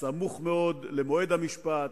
סמוך מאוד למועד המשפט,